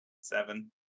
Seven